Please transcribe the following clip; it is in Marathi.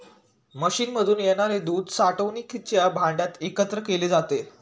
मशीनमधून येणारे दूध साठवणुकीच्या भांड्यात एकत्र केले जाते